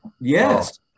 Yes